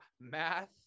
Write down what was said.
math